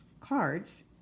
cards